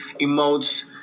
emotes